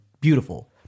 beautiful